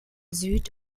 süd